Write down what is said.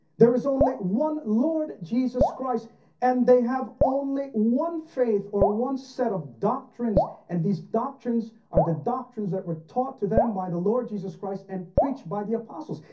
there is only one lord jesus christ and they have only one faith or one set of doctrines, and these doctrines are the doctrines that were taught to them by the lord jesus christ and preached by the apostles.